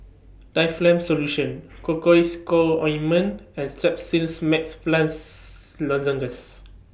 Difflam Solution Cocois Co Ointment and Strepsils Max Plus Lozenges